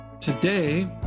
today